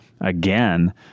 again